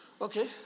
okay